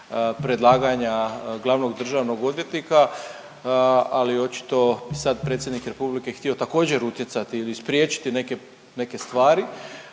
predlaganja glavnog državnog odvjetnika, ali očito sad bi predsjednik Republike htio također utjecati ili spriječiti neke, neke stvari.